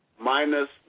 Minus